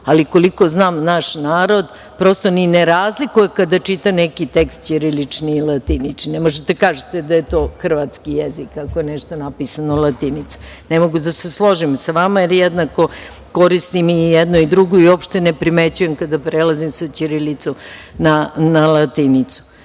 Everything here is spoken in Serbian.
ali koliko znam naš narod, prosto ni ne razlikuje kada čita neki tekst ćirilični i latinični i ne možete da kažete da je to hrvatski jezik ako je nešto napisano latinicom. Ne mogu da se složim sa vama, jer jednako koristim i jedno i drugo i uopšte ne primećujem kada prelazim sa ćirilice na latinicu. Imam